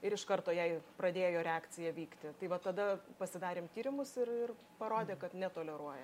ir iš karto jai pradėjo reakcija vykti tai va tada pasidarėm tyrimus ir ir parodė kad netoleruoja